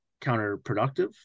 counterproductive